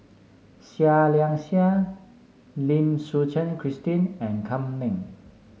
Seah Liang Seah Lim Suchen Christine and Kam Ning